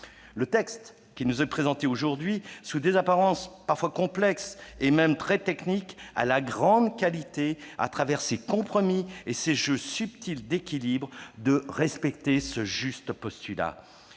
Le texte qui nous est présenté aujourd'hui, sous des apparences parfois complexes et même très techniques, a la grande qualité, au travers de ses compromis et ses jeux subtils d'équilibre, de respecter ce juste postulat.